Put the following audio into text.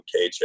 KJ